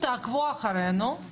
תעקבו אחרינו,